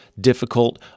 difficult